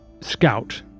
scout